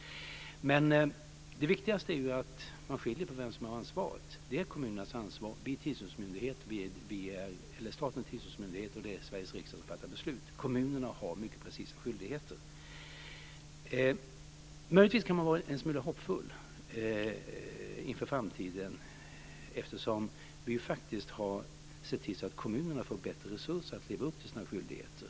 Men det viktigaste är ju att man vet vem som har ansvaret. Det är kommunernas ansvar. Staten är tillsynsmyndighet, och det är Sveriges riksdag som fattar beslut. Kommunerna har mycket precisa skyldigheter. Möjligtvis kan man vara en smula hoppfull inför framtiden eftersom vi faktiskt har sett till att kommunerna får bättre resurser för att leva upp till sina skyldigheter.